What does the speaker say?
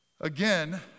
Again